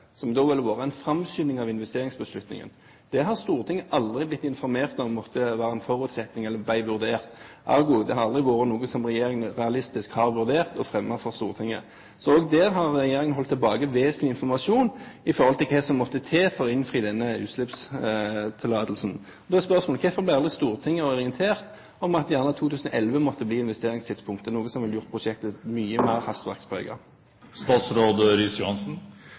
som da ville ha vært en framskynding av investeringsbeslutningen. Stortinget har aldri blitt informert om at det var en forutsetning, eller at det ble vurdert. Ergo: Det har aldri vært noe som regjeringen realistisk har vurdert og fremmet for Stortinget. Så også der har regjeringen holdt tilbake vesentlig informasjon i forhold til hva som måtte til for å innfri denne utslippstillatelsen. Da er spørsmålet: Hvorfor ble aldri Stortinget orientert om at gjerne 2011 måtte bli investeringstidspunktet, noe som ville ha gjort prosjektet mye mer